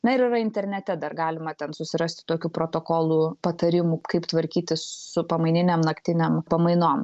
na ir yra internete dar galima ten susirasti tokių protokolų patarimų kaip tvarkytis su pamaininiam naktinėm pamainom